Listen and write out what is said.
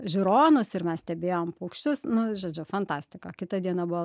žiūronus ir mes stebėjom paukščius nu žodžiu fantastika kita diena buvo